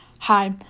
Hi